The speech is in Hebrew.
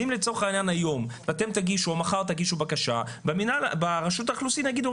אם מחר תגידו בקשה ברשות האוכלוסין יגידו,